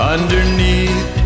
Underneath